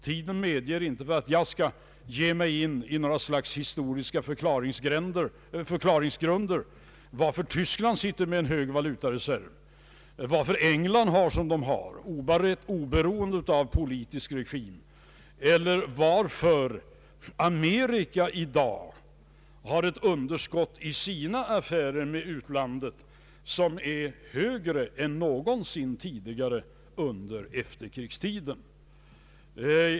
Tiden medger inte att jag ger mig in på några historiska förklaringsgrunder till att Tyskland har en hög valutareserv, till att läget i England är som det är, oberoende av politisk regim, eller till att Amerika i dag har ett underskott i sina affärer med utlandet som är högre än någonsin tidigare under efterkrigstiden.